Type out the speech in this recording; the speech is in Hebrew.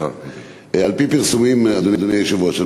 אדוני היושב-ראש,